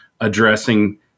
addressing